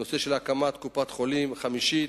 הנושא של הקמת קופת-חולים חמישית,